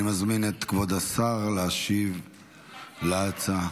אני מזמין את כבוד השר להשיב על ההצעה.